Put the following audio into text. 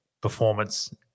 performance